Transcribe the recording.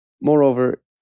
Moreover